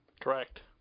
correct